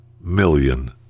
million